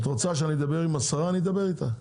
את רוצה שאני אדבר עם השרה אני אדבר איתה,